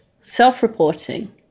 Self-Reporting